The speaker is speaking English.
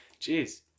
Jeez